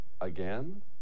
again